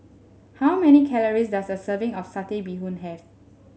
how many calories does a serving of Satay Bee Hoon have